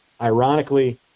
Ironically